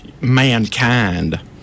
mankind